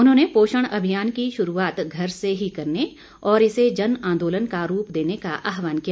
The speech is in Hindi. उन्होंने पोषण अभियान की शुरूआत घर से ही करने और इसे जन आंदोलन का रूप देने का आहवान किया